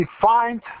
defined